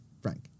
Frank